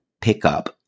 pickup